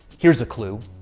here's a clue.